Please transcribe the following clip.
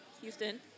Houston